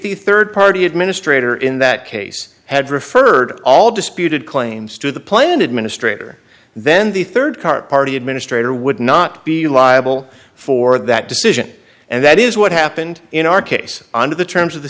if the rd party administrator in that case had referred all disputed claims to the plan administrator then the rd car party administrator would not be liable for that decision and that is what happened in our case under the terms of the